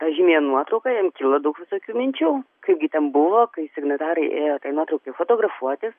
tą žymiąją nuotrauką jam kilo daug visokių minčių kaipgi ten buvo kai signatarai ėjo tai nuotraukai fotografuotis